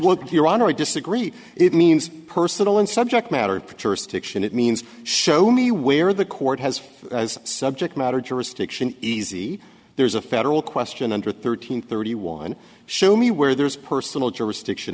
want your honor i disagree it means personal and subject matter tourist stiction it means show me where the court has subject matter jurisdiction easy there's a federal question under thirteen thirty one show me where there's personal jurisdiction